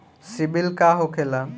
सीबील का होखेला?